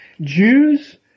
Jews